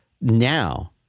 now